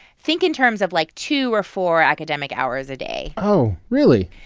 think in terms of, like, two or four academic hours a day oh, really?